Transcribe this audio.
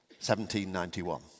1791